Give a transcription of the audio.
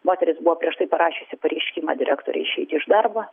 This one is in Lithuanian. moteris buvo prieš tai parašiusi pareiškimą direktoriui išeiti iš darbo